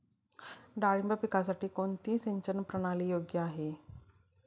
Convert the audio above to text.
डाळिंब पिकासाठी कोणती सिंचन प्रणाली योग्य आहे?